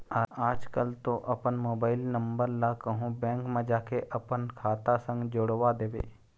आजकल तो अपन मोबाइल नंबर ला कहूँ बेंक म जाके अपन खाता संग जोड़वा देबे